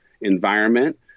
environment